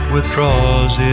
withdraws